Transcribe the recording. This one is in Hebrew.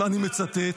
ואני מצטט,